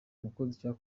mukoresha